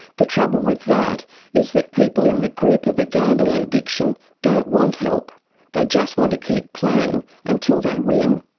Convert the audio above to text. the trouble with that is that people in the grip of a gambling addiction don't want help they just want to keep playing until they win.